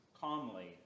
calmly